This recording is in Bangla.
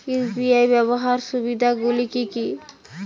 ইউ.পি.আই ব্যাবহার সুবিধাগুলি কি কি?